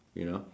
you know